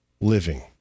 living